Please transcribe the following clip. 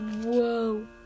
Whoa